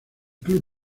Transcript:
club